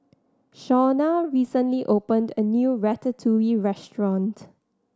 Shaunna recently opened a new Ratatouille Restaurant